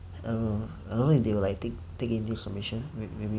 I don't know I don't know if they got like take take in this submission maybe